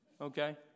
Okay